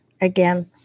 Again